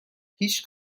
هیچ